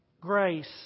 grace